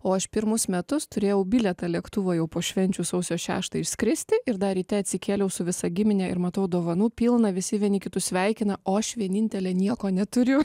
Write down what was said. o aš pirmus metus turėjau bilietą lėktuvo jau po švenčių sausio šeštą išskristi ir dar ryte atsikėliau su visa gimine ir matau dovanų pilna visi vieni kitus sveikina o aš vienintelė nieko neturiu